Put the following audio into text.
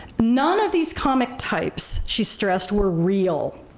none of these comic types, she stressed, were real.